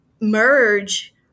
merge